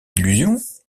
illusions